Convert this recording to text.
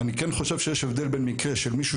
אני כן חושב שיש הבדל בין מקרה של מישהו